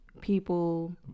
people